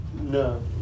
No